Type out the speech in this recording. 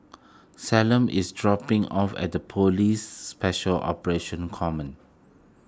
Callum is dropping off at Police Special Operations Command